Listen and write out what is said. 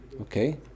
Okay